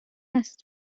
است